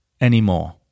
anymore